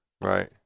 Right